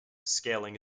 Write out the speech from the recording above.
scaling